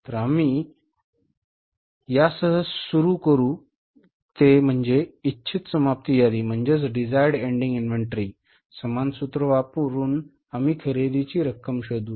तर आम्ही यासह काय सुरू केले आहे ते म्हणजे इच्छित समाप्ती यादी समान सूत्र वापरून आम्ही खरेदीची रक्कम शोधु